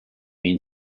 been